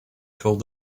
called